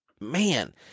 man